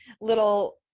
little